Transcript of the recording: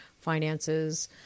finances